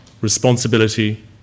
responsibility